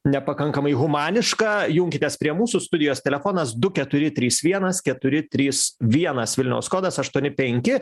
nepakankamai humanišką junkitės prie mūsų studijos telefonas du keturi trys vienas keturi trys vienas vilniaus kodas aštuoni penki